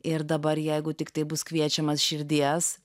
ir dabar jeigu tiktai bus kviečiamas širdies